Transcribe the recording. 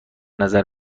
نظر